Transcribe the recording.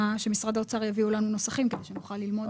שמשרד האוצר יביאו לנו נוסחים כדי שנוכל ללמוד אותם.